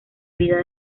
vida